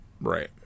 right